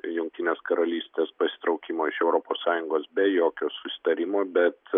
jungtinės karalystės pasitraukimo iš europos sąjungos be jokio susitarimo bet